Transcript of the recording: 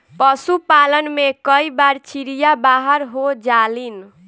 पशुपालन में कई बार चिड़िया बाहर हो जालिन